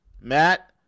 Matt